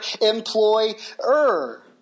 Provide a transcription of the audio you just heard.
employer